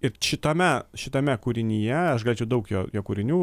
ir šitame šitame kūrinyje aš galėčiau daug jo jo kūrinių